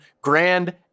Grand